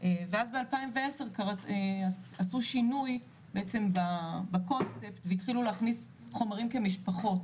ואז ב- 2010 עשו שינוי בעצם בקונספט והתחילו להכניס חומרים כמשפחות